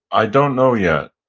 i don't know yet.